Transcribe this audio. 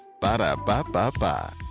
Ba-da-ba-ba-ba